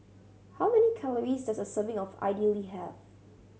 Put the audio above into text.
how many calories does a serving of Idili have